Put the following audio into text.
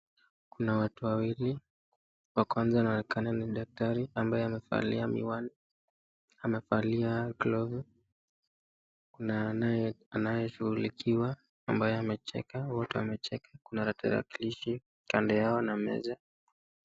Kuna watu wawili wa kwanza anoeneka ni daktari ambaye amevalia miwani amevalia glavu na anaye shughulikiwa ambaye amecheka wote wamecheka, kuna tarakilishi kando yao na meza.